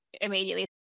immediately